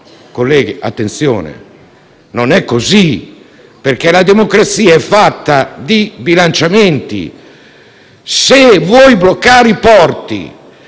colleghi, attenzione, non è così, perché la democrazia è fatta di bilanciamenti: se si vogliono bloccare i porti